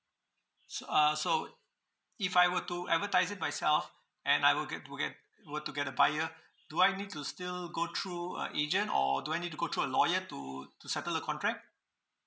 so uh so if I were to advertise it myself and I were get to get were to get a buyer do I need to still go through a agent or do I need to go through a lawyer to to settle the contract